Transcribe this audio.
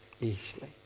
easily